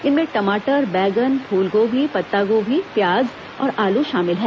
इनमें टमाटर बैगन फूलगोभी पत्तागोभी प्याज और आलू शामिल हैं